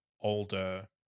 older